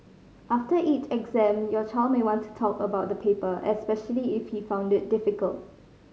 after each exam your child may want to talk about the paper especially if he found it difficult